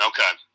Okay